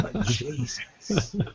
Jesus